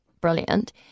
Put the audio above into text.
brilliant